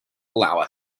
allow